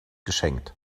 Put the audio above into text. geschenkt